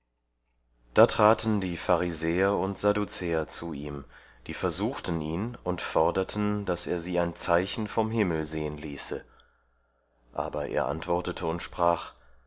da traten die pharisäer und sadduzäer zu ihm die versuchten ihn und forderten daß er sie ein zeichen vom himmel sehen ließe aber er antwortete und sprach